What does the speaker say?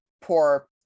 poor